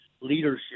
leadership